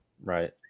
Right